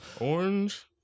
Orange